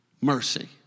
mercy